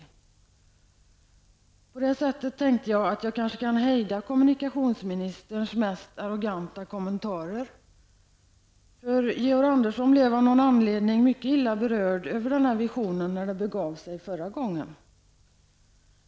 Jag tänkte att jag på det sättet kanske skulle hejda kommunikationsministerns mest arroganta kommentarer. Georg Andersson blev av någon anledning mycket illa berörd över den här visionen förra gången det begav sig.